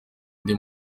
undi